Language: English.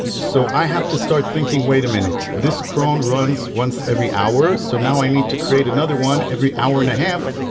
so i have to start thinking, wait a minute, this cron runs once every hour, so now i need to create another one every hour and a half,